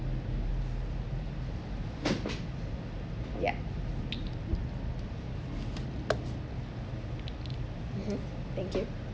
yup mmhmm thank you